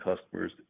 customers